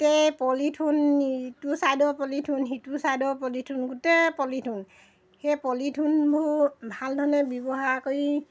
গোটেই পলিথিন ইটো ছাইডৰ পলিথিন সিটো ছাইডৰ পলিথিন গোটেই পলিথিন সেই পলিথিনবোৰ ভালধৰণে ব্যৱহাৰ কৰি